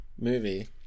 movie